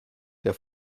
der